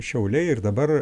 šiauliai ir dabar